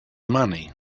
money